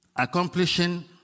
accomplishing